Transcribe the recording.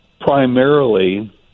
primarily